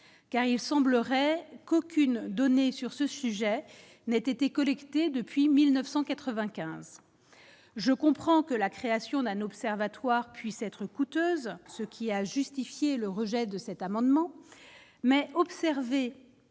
car il semblerait qu'aucune donnée sur ce sujet n'ait été collectées depuis 1995 je comprends que la création d'un observatoire puisse être coûteuses, ce qui a justifié le rejet de cet amendement mais observé